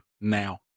now